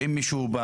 שאם מישהו בא